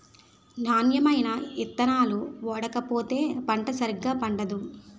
నాణ్యమైన ఇత్తనాలు ఓడకపోతే పంట సరిగా పండదు